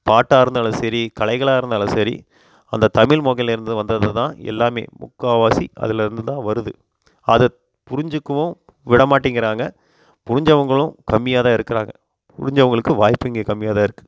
பாட்டா இருந்தாலும் சரி கலைகளாக இருந்தாலும் சரி அந்த தமிழ்மொழியில் இருந்து வந்தது தான் எல்லாமே முக்கால்வாசி அதில் இருந்து தான் வருது அதை புரிஞ்சிக்கவும் விடமாட்டேங்கிறாங்க புரிஞ்சவங்களும் கம்மியாகதான் இருக்கிறாங்க புரிஞ்சவங்களுக்கு வாய்ப்பு இங்கே கம்மியாக தான் இருக்குது